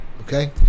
okay